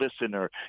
listener